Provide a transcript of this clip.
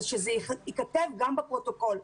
ושזה ייכתב גם בפרוטוקול,